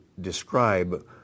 describe